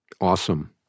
Awesome